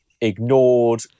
ignored